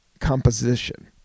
composition